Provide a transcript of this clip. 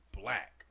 black